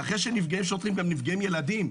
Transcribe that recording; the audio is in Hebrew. ואחרי שנפגעים שוטרים גם נפגעים ילדים,